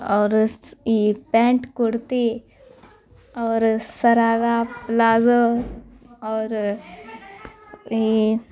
اور یہ پینٹ کرتی اور شرارہ پلازو اور یہ